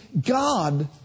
God